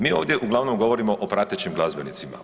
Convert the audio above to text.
Mi ovdje uglavnom govorimo o pratećim glazbenicima.